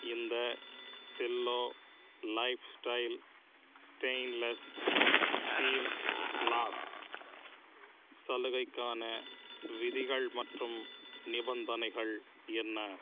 இந்த Cello lifestyle stainless steel flask சலுகைக்கான விதிகள் மற்றும் நிபந்தனைகள் என்ன